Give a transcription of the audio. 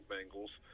Bengals